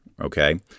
Okay